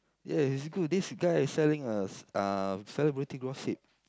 ya it's good this guy is selling a uh celebrity gossip